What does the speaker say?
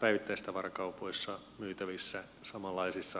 päivittäistavarakaupoissa myytävissä samanlaisissa tuotteissa